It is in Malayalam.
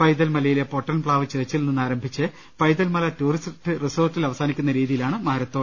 പൈതൽമലയിലെ പൊട്ടൻപ്പാവ് ചർച്ചിൽ നിന്ന് ആരംഭിച്ച് പൈതൽമല ടൂറിസ്റ്റ് റിസോർട്ടിൽ അവസാനിക്കുന്ന രീതിയിലാണ് മാരത്തോൺ